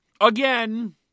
again